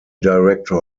director